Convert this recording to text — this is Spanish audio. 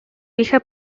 hija